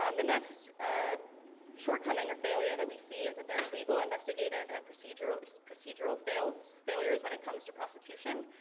um the next ah shortcoming or failure that we see is that there are legal investigative and procedural procedural failures failures when it comes to prosecution.